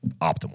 optimal